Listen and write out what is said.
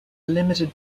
limited